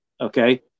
okay